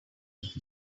each